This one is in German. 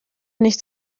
nicht